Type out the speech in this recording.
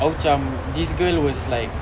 aku cam this girl was like